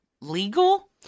legal